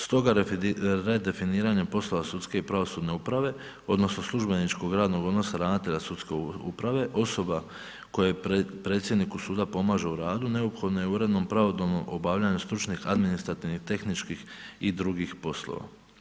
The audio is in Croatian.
Stroga redefiniranjem poslova sudske i pravosudne uprave, odnosno službeničkog radnog odnosa ravnatelja sudske uprave, osoba koja predsjedniku suda pomaže u radu, neophodna je u urednom pravodobnom obavljanju stručnih administrativnih tehničkih i drugih poslova.